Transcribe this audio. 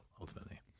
ultimately